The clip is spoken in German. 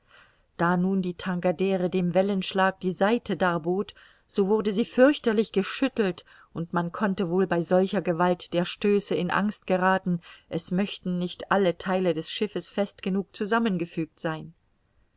da nun die tankadere dem wellenschlag die seite darbot so wurde sie fürchterlich geschüttelt und man konnte wohl bei solcher gewalt der stöße in angst gerathen es möchten nicht alle theile des schiffes fest genug zusammengefügt sein